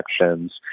infections